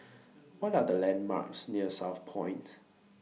What Are The landmarks near Southpoint